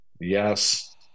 Yes